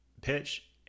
pitch